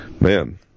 man